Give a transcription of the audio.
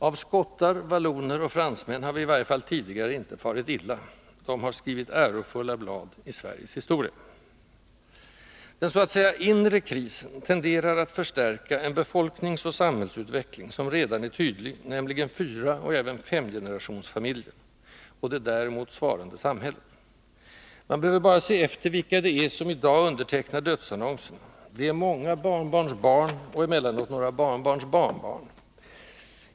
Av skottar, valloner och fransmän har vi i varje fall tidigare inte farit illa. De har skrivit ärofulla blad i Sveriges historia. Den så att säga inre krisen tenderar att förstärka en befolkningsoch samhällsutveckling som redan är tydlig, nämligen fyraoch även femgenerationsfamiljen och det däremot svarande samhället. Man behöver bara se efter vilka det är som i dag undertecknar dödsannonserna: det är många barnbarnsbarn och emellanåt några barnbarnsbarnbarn.